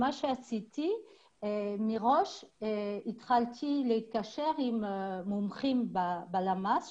מראש התחלתי להתקשר עם מומחים בלשכה המרכזית